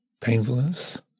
painfulness